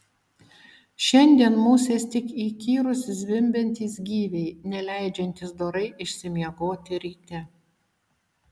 šiandien musės tik įkyrūs zvimbiantys gyviai neleidžiantys dorai išsimiegoti ryte